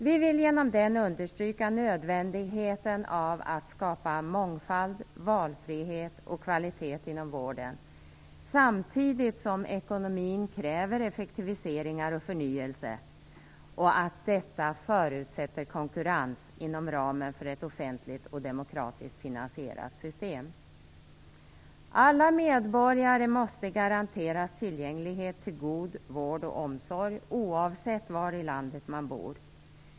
Vi vill genom den understryka nödvändigheten av att skapa mångfald, valfrihet och kvalitet inom vården, samtidigt som ekonomin kräver effektiviseringar och förnyelse och att detta förutsätter konkurrens inom ramen för ett offentligt och demokratiskt finansierat system. Alla medborgare måste garanteras tillgänglighet till god vård och omsorg oavsett var i landet de bor.